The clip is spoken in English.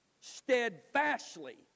steadfastly